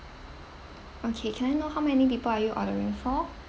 okay can I know how many people are you ordering for